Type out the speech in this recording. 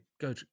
go